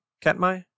Katmai